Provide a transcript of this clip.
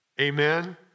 amen